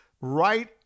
Right